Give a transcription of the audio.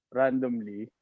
randomly